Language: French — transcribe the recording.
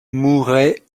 mouret